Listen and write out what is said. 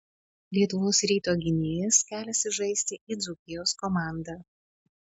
lietuvos ryto gynėjas keliasi žaisti į dzūkijos komandą